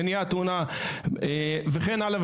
מניעת תאונות וכן הלאה,